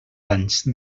anys